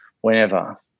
whenever